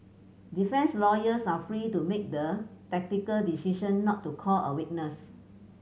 defence lawyers are free to make the tactical decision not to call a witness